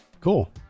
cool